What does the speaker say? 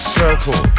circle